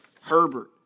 Herbert